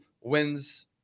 wins